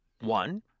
One